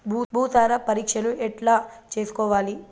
భూసార పరీక్షను ఎట్లా చేసుకోవాలి?